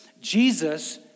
Jesus